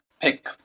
pick